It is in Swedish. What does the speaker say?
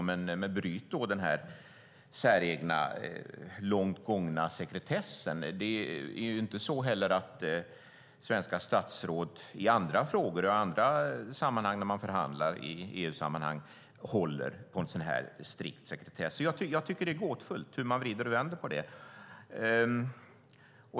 Men bryt då denna säregna långt gångna sekretess. Det är inte heller så att svenska statsråd i andra frågor och i andra fall där man förhandlar i EU-sammanhang håller på en sådan strikt sekretess i EU. Jag tycker att det är gåtfullt hur man vrider och vänder på det.